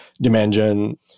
dimension